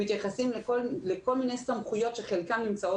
מתייחסות לכל מיני סמכויות שחלקן נמצאות